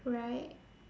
right